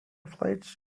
flights